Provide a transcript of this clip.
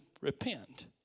Repent